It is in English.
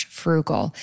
frugal